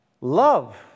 Love